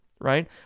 right